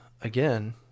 again